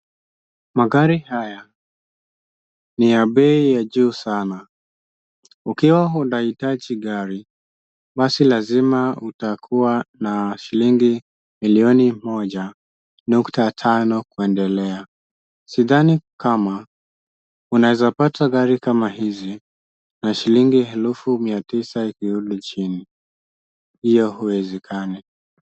Magari haya ni ya bei ya juu sana. Ukiwa unahitaji gari, basi lazima utakuwa na shilingi milioni moja nukta tano kuendelea. Sidhani kama unaweza pata gari kama hizi, na shilingi elfu mia tisa ikirudi chini, hiyo huwezikani.